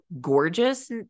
gorgeous